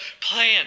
plan